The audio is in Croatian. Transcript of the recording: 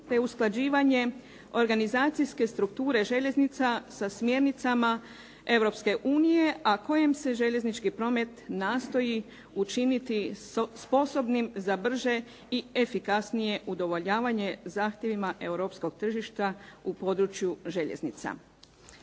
te usklađivanje organizacijske strukture željeznica sa smjernicama Europske unije, a kojem se željeznički promet nastoji učiniti sposobnim za brže i efikasnije udovoljavanje zahtjevima europskog tržišta u području željeznica.